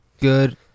Good